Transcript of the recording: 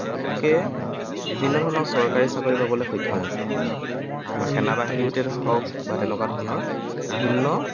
তেওঁলোকে বিভিন্ন ধৰণৰ চৰকাৰী চাকৰি পাবলৈ সক্ষম হৈছে আমাৰ সেনা বাহিনীতে হওক বা তেনেকুৱা ধৰণৰ বিভিন্ন